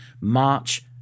March